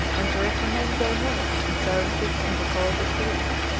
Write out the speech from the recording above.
and to recommend their merit and services in the cause of caesar.